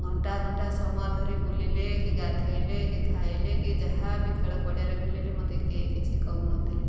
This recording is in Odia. ଘଣ୍ଟା ଘଣ୍ଟା ସମୟ ଧରି ବୁଲିଲେ କି ଗାଧୋଇଲେ କି ଖାଇଲେ କି ଯାହା ବି ଖେଳ ପଡ଼ିଆରେ ବୁଲିଲେ ମୋତେ କେହି କିଛି କହୁ ନଥିଲେ